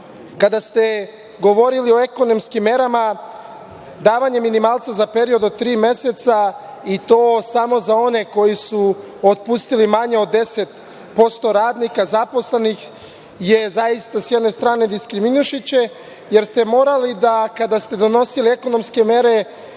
kada ste govorili o ekonomskim merama, davanje minimalca za period od tri meseca i to samo za one koji su otpustili manje od 10% radnika, zaposlenih, je zaista s jedne strane diskriminišuće, jer ste morali da kada ste donosili ekonomske mere,